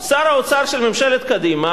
שר האוצר של ממשלת קדימה,